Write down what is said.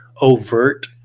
overt